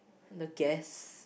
the gas